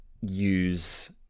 use